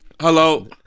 Hello